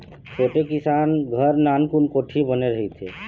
छोटे किसान घर नानकुन कोठी बने रहिथे